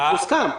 זה מוסכם.